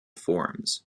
forms